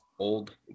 Old